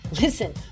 Listen